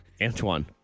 Antoine